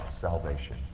salvation